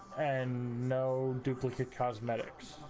and no duplicate cosmetics